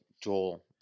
Joel